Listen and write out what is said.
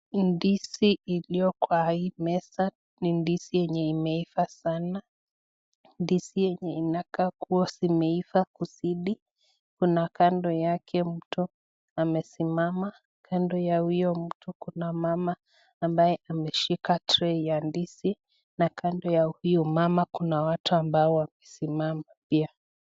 Ndizi iliyo kwa hii meza ni ndizi yenye imeiva sana. Ndizi yenye inakaa kuwa zimeiva kuzidi. Kuna kando yake mtu amesimama. Kando ya huyo mtu kuna mama ambaye ameshika tray ya ndizi na kando ya huyo mama kuna watu ambao wamesimama pia.